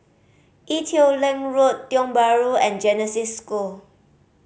Ee Teow Leng Road Tiong Bahru and Genesis School